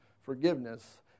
forgiveness